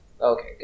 Okay